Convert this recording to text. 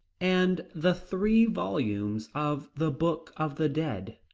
and the three volumes of the book of the dead,